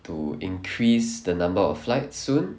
to increase the number of flights soon